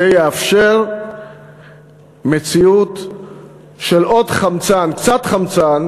זה יאפשר מציאות של עוד חמצן, קצת חמצן,